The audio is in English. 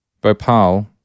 Bhopal